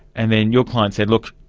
and then your client said, look,